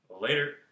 later